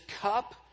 cup